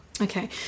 Okay